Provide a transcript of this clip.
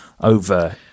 Over